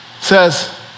says